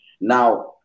Now